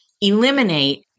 eliminate